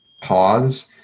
pause